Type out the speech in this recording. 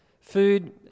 food